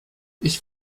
ich